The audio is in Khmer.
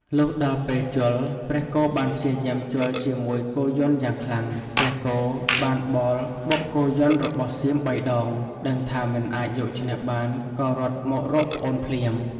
លុះដល់ពេលជល់ ព្រះគោបានព្យាយាមជល់ជាមួយគោយន្ដយ៉ាងខ្លាំង ព្រះគោបានបោលបុកគោយន្ដរបស់សៀមបីដង ដឹងថាមិនអាចយកឈ្នះបានក៏រត់មករកប្អូនភ្លាម។